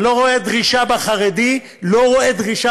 אני לא רואה דרישה בחרדי ל-2018,